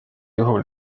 juhul